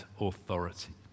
authority